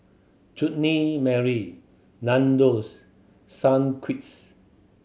Chutney Mary Nandos Sunquicks